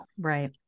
Right